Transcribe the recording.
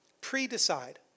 Pre-decide